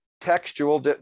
textual